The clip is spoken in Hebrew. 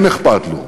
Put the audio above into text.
כן אכפת לו,